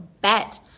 Bet